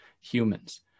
humans